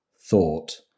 thought